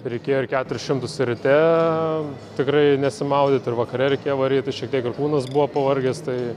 reikėjo ir keturis šimtus ryte tikrai nesimaudyt ir vakare reikėjo varyt tai šiek tiek ir kūnas buvo pavargęs tai